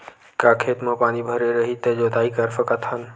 का खेत म पानी भरे रही त जोताई कर सकत हन?